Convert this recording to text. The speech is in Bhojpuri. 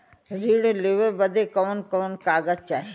ऋण लेवे बदे कवन कवन कागज चाही?